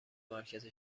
مرکز